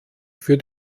für